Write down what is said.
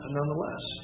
nonetheless